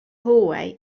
hallway